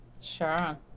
Sure